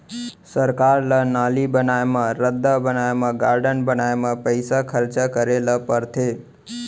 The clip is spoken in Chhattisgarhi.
सरकार ल नाली बनाए म, रद्दा बनाए म, गारडन बनाए म पइसा खरचा करे ल परथे